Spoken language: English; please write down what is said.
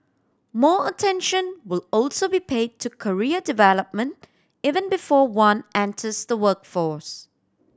more attention will also be pay to career development even before one enters the workforce